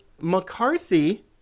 McCarthy